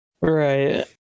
Right